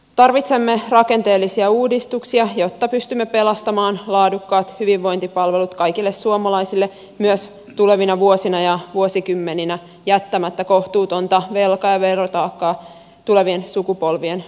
tarvitsemme rakenteellisia uudistuksia jotta pystymme pelastamaan laadukkaat hyvinvointipalvelut kaikille suomalaisille myös tulevina vuosina ja vuosikymmeninä jättämättä kohtuutonta velka ja verotaakkaa tulevien sukupolvien maksettavaksi